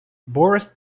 boris